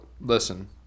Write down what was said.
listen